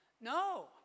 No